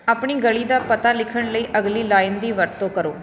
ਆਪਣੀ ਗਲੀ ਦਾ ਪਤਾ ਲਿਖਣ ਲਈ ਅਗਲੀ ਲਾਈਨ ਦੀ ਵਰਤੋਂ ਕਰੋ